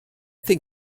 think